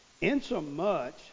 insomuch